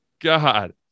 god